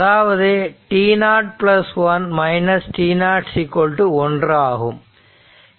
அதாவது t0 1 t0 1 ஆகும்